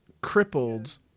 crippled